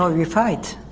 um you fight.